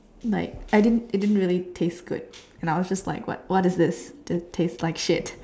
like I didn't it didn't really taste good and I was like what it this it tastes like shit